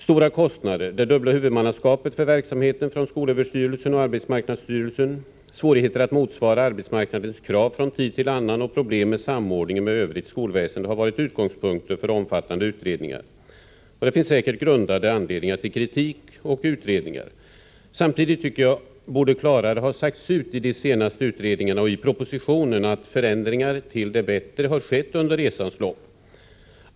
Stora kostnader, det dubbla huvudmannaskapet för verksamheten — från skolöverstyrelsen och arbetsmarknadsstyrelsen — samt svårigheter att motsvara arbetsmarknadens krav från tid till annan och problem med samordningen med övrigt skolväsende har varit utgångspunkter för omfattande utredningar. Det finns säkert grundade anledningar till kritik och utredningar. Samtidigt tycker jag att det klarare borde ha sagts ut i de senaste utredningarna och i propositionen att förändringar till det bättre skett under resans lopp.